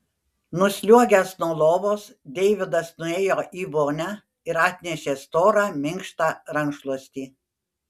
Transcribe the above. nusliuogęs nuo lovos deividas nuėjo į vonią ir atnešė storą minkštą rankšluostį